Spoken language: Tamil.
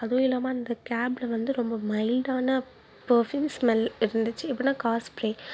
அதுவும் இல்லாமல் அந்த கேபில் வந்து ரொம்ப மைல்டான பெர்ஃப்யூம் ஸ்மெல் இருந்துச்சு எப்படினா கார் ஸ்ப்ரே